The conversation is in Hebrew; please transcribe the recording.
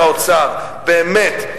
באמת, שר האוצר, באמת.